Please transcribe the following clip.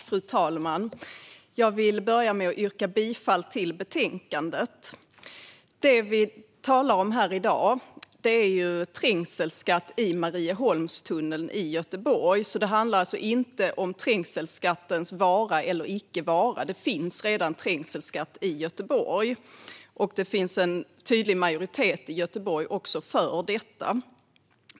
Fru talman! Jag vill börja med att yrka bifall till utskottets förslag. Det vi talar om i dag är trängselskatt i Marieholmstunneln i Göteborg. Det handlar alltså inte om trängselskattens vara eller icke vara. Det finns redan trängselskatt i Göteborg, och det finns också en tydlig majoritet för detta i Göteborg.